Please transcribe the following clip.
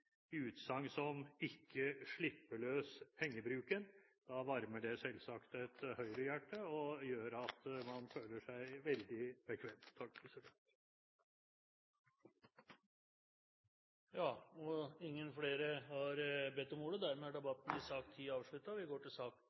utsagn som «ikke slippe løs pengebruken», varmer det selvsagt et Høyre-hjerte og gjør at man føler seg veldig bekvem. Flere har ikke bedt om ordet til sak